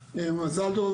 רבה.